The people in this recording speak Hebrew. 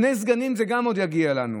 שני סגנים, גם זה עוד יגיע אלינו.